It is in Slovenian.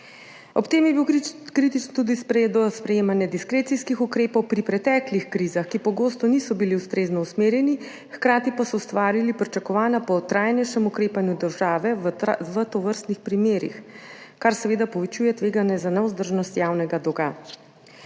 Ob tem je bil kritičen tudi do sprejemanja diskrecijskih ukrepov pri preteklih krizah, ki pogosto niso bili ustrezno usmerjeni, hkrati pa so ustvarili pričakovanja po trajnejšem ukrepanju države v tovrstnih primerih, kar seveda povečuje tveganje za nevzdržnost javnega dolga.